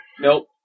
Nope